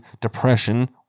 depression